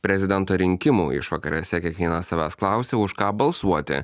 prezidento rinkimų išvakarėse kiekvienas savęs klausiau už ką balsuoti